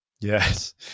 Yes